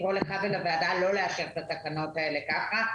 לקרוא לך ולוועדה לא לאשר את התקנות האלו ככה,